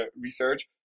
research